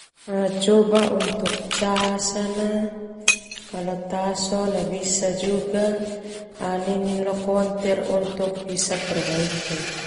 Coba untuk cas sana ta sona bisa ninin lo konter untuk bisa perbaiki.